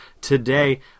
today